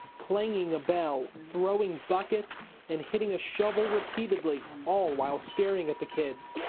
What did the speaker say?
clanging a bell, throwing buckets and hitting a shovel repeatedly. all while staring at the kids.